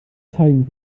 zeigen